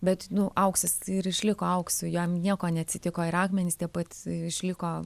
bet nu auksas ir išliko auksu jam nieko neatsitiko ir akmenys tie pat išliko